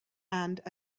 and